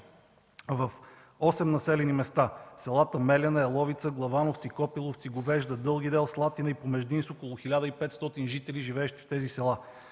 в осем населени места: селата Меляне, Еловица, Главановци, Копиловци, Говежда, Дълги дел, Слатина и Помеждин, с около 1500 жители; - от община